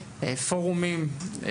הפורומים,